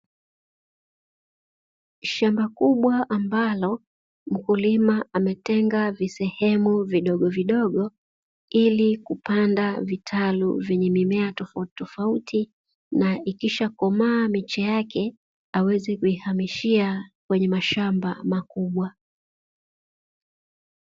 Shamba kubwa ambalo mkulima ametenga visehemu vidogovidogo, ili kupanda vitalu vyenye mimea tofautitofauti na ikishakomaa miche yake aweze kuihamishia kwenye mashamba makubwa.